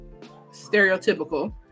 stereotypical